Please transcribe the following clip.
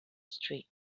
street